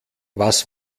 was